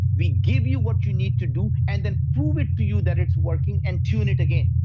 we give you what you need to do, and then prove it to you that it's working and tune it again.